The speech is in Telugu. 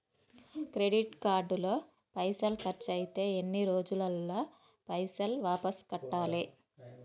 క్రెడిట్ కార్డు లో పైసల్ ఖర్చయితే ఎన్ని రోజులల్ల పైసల్ వాపస్ కట్టాలే?